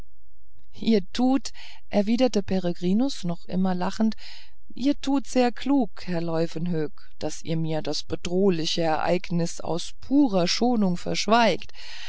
ihr tut erwiderte peregrinus noch immer lachend ihr tut sehr klug herr leuwenhoek daß ihr mir das bedrohliche ereignis aus purer schonung verschweigt